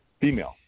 female